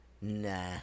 nah